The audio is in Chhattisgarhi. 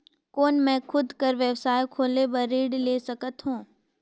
कौन मैं खुद कर व्यवसाय खोले बर ऋण ले सकत हो?